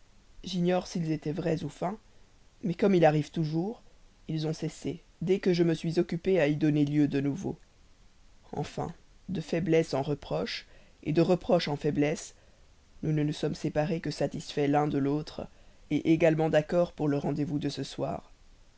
j'ignore s'ils étaient vrais ou feints mais comme il arrive toujours ils ont cessé dès que je me suis occupé à y donner lieu de nouveau enfin de faiblesse en reproche de reproche en faiblesse nous ne nous sommes séparés que satisfaits l'un de l'autre également d'accord pour le rendez-vous de ce soir